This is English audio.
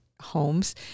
homes